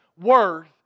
worth